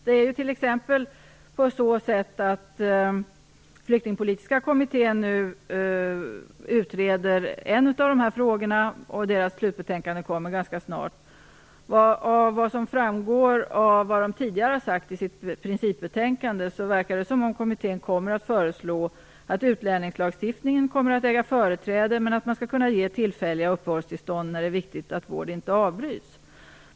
Den flyktingpolitiska kommittén utreder nu en av frågorna, och slutbetänkandet kommer ganska snart. Enligt vad som framgår av vad kommittén tidigare har sagt i sitt principbetänkande verkar det som att man kommer att föreslå att utlänningslagstiftningen skall äga företräde, men att tillfälliga uppehållstillstånd skall kunna ges när det är viktigt att vård inte avbryts.